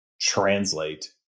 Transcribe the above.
translate